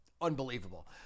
unbelievable